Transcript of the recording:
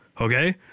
okay